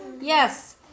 Yes